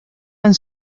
han